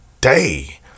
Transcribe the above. day